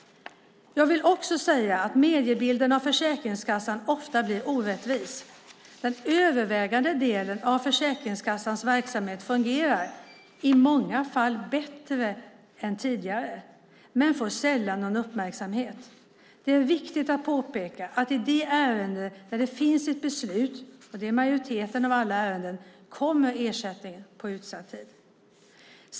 Jag vill också säga att mediebilden av Försäkringskassan ofta blir orättvis. Den övervägande delen av Försäkringskassans verksamhet fungerar - i många fall bättre än tidigare - men får sällan någon uppmärksamhet. Det är viktigt att påpeka att i de ärenden där det finns ett beslut, vilket är i majoriteten av alla ärenden, kommer ersättningen på utsatt tid.